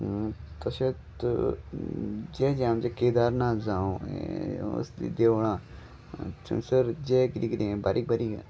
तशेंत जे जें आमचें केदारनाथ जावं असली देवळां थंयसर जें किदें कितें बारीक बारीक